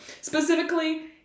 Specifically